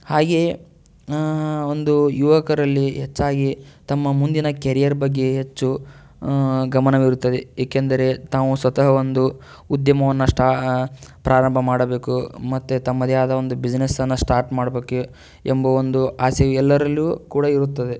ಹಾಗೆಯೇ ಒಂದು ಯುವಕರಲ್ಲಿ ಹೆಚ್ಚಾಗಿ ತಮ್ಮ ಮುಂದಿನ ಕೆರಿಯರ್ ಬಗ್ಗೆ ಹೆಚ್ಚು ಗಮನವಿರುತ್ತದೆ ಏಕೆಂದರೆ ತಾವು ಸ್ವತಃ ಒಂದು ಉದ್ಯಮವನ್ನು ಸ್ಟಾ ಪ್ರಾರಂಭ ಮಾಡಬೇಕು ಮತ್ತೆ ತಮ್ಮದೇ ಆದ ಒಂದು ಬಿಸಿನೆಸ್ಸನ್ನು ಸ್ಟಾರ್ಟ್ ಮಾಡ್ಬೇಕು ಎಂಬ ಒಂದು ಆಸೆಯು ಎಲ್ಲರಲ್ಲೂ ಕೂಡ ಇರುತ್ತದೆ